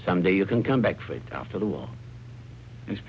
some day you can come back for it after the war is